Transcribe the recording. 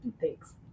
Thanks